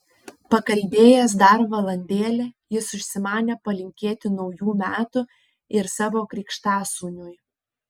pakalbėjęs dar valandėlę jis užsimanė palinkėti naujų metų ir savo krikštasūniui